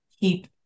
keep